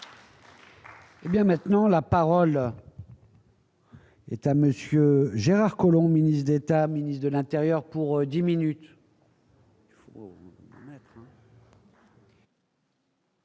Eh bien maintenant la parole. Monsieur Gérard Collomb, ministre d'État, ministre de l'Intérieur pour 10 minutes.